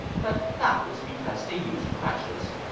but that was because they used crutches.